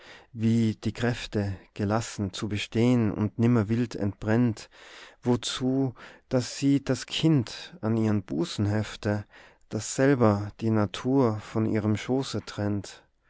wie die kräfte gelassen zu bestehn und nimmer wild entbrennt wozu dass sie das kind an ihrem busen hefte das selber die natur von ihrem schoße trennt